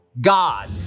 God